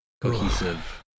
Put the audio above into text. cohesive